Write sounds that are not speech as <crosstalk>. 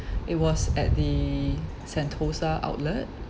<breath> it was at the sentosa outlet